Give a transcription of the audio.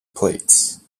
plates